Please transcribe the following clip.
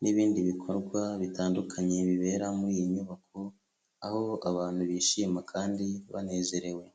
n'ibindi bikorwa bitandukanye bibera muri iyi nyubako, aho abantu bishima kandi banezerewe.